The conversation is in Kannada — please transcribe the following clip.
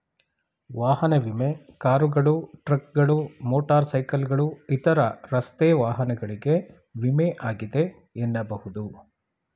ವಾಹನ ವಿಮೆ ಕಾರುಗಳು, ಟ್ರಕ್ಗಳು, ಮೋಟರ್ ಸೈಕಲ್ಗಳು ಇತರ ರಸ್ತೆ ವಾಹನಗಳಿಗೆ ವಿಮೆ ಆಗಿದೆ ಎನ್ನಬಹುದು